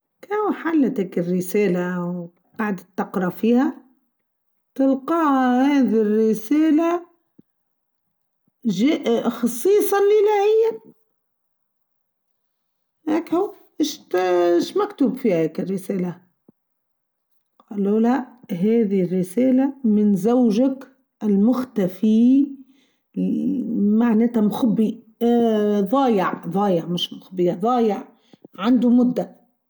كاو حلت كالرساله و قاعدت تقرأ فيها تلقاها هاذي الرساله جاء خصيصا ليلا هيا أكهو إشتااا مكتوب فيها هاذاك الرساله لولا هاذي الرساله من زوجك المختفي معناتا مخبي ااا ظايع ظايع مش مخبي ظايع عنده مده.